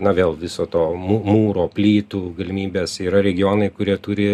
na vėl viso to mū mūro plytų galimybės yra regionai kurie turi